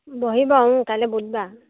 বহিব কাইলৈ বুধবাৰ